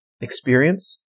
experience